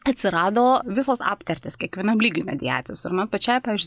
atsirado visos aptartys kiekvienam lygiui mediacijos ir man pačiai pavyzdžiui